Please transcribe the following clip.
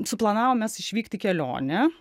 suplanavom mes išvykt į kelionę